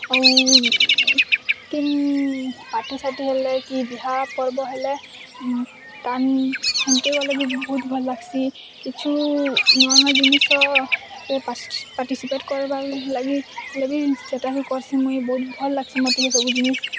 ଆଉ କିନ ପାର୍ଟିସାଟି ହେଲେ କି ବିହା ପର୍ବ ହେଲେ ତା ତାଙ୍କେ ଗଲେ ବି ବହୁତ ଭଲ୍ ଲାଗ୍ସି କିଛୁ ନୂଆ ନୂଆ ଜିନିଷ୍ ପାଟିସିପେଟ୍ କରିବାର୍ ଲାଗି ହେଲେ ବି ସେଟା ବି କର୍ସି ମୁଇଁ ବହୁତ ଭଲ୍ ଲାଗ୍ସି ମୋତେ ହେ ସବୁ ଜିନିଷ୍